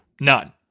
None